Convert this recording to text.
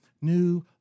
new